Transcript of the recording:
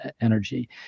energy